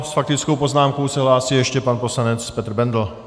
S faktickou poznámkou se hlásí ještě pan poslanec Petr Bendl.